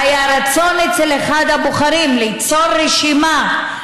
היה רצון אצל אחד הבוחרים ליצור רשימה,